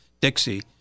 Dixie